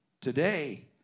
today